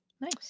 Nice